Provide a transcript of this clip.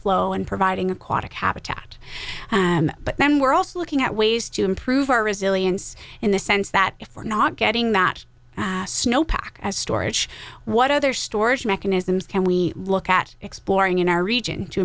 flow and providing aquatic habitat and but then we're also looking at ways to improve our resilience in the sense that if we're not getting that snow pack as storage what other storage mechanisms can we look at exploring in our region to